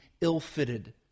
ill-fitted